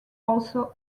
also